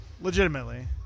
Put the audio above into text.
Legitimately